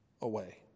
away